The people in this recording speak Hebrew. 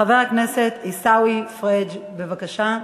חבר הכנסת עיסאווי פריג', בבקשה.